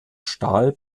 stahl